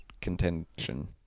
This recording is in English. contention